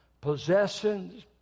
Possessions